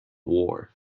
war